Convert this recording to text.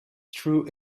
true